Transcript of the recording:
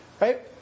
Right